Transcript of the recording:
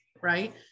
right